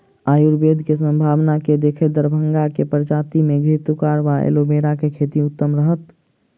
आयुर्वेद केँ सम्भावना केँ देखैत दरभंगा मे केँ प्रजाति केँ घृतक्वाइर वा एलोवेरा केँ खेती उत्तम रहत?